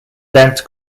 dent